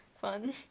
fun